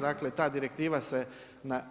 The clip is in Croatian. Dakle ta direktiva se